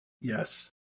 yes